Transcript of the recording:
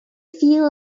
feel